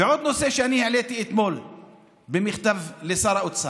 ועוד נושא שהעליתי אתמול במכתב לשר האוצר: